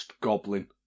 goblin